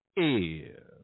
ear